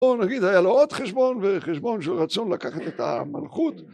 או נגיד היה לו עוד חשבון וחשבון של רצון לקחת את המלכות